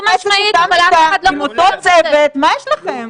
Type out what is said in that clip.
תופס את אותה מיטה, עם אותו צוות מה יש לכם?